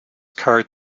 card